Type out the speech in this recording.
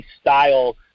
style